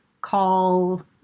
call